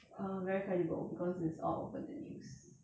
err very credible because it's all over the news